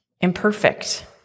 Imperfect